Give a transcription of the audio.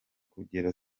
kugera